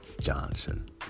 Johnson